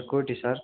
କେଉଁଠି ସାର୍